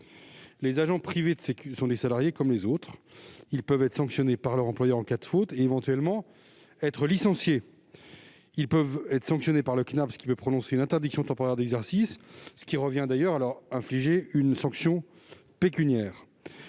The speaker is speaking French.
de sécurité privée sont des salariés comme les autres. Ils peuvent être sanctionnés par leur employeur en cas de faute et éventuellement licenciés. Ils peuvent, par ailleurs, être sanctionnés par le Cnaps, qui peut prononcer une interdiction temporaire d'exercice, ce qui revient, d'ailleurs, à leur infliger une sanction pécuniaire.